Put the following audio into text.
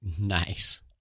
Nice